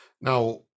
Now